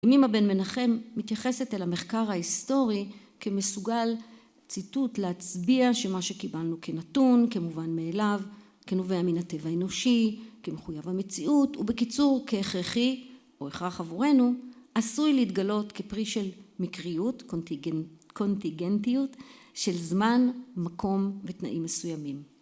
ימימה בן מנחם מתייחסת אל המחקר ההיסטורי כמסוגל ציטוט, להצביע שמה שקיבלנו כנתון, כמובן מאליו, כנובע מן הטבע האנושי, כמחויב המציאות ובקיצור כהכרחי או הכרח עבורנו, עשוי להתגלות כפרי של מקריות, קונטיגנטיות של זמן, מקום ותנאים מסוימים.